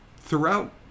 throughout